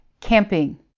camping